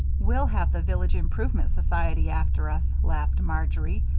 we'll have the village improvement society after us, laughed marjory.